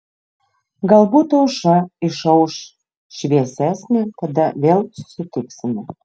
galbūt aušra išauš šviesesnė tada vėl susitiksime